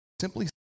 Simply